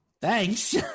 Thanks